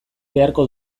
beharko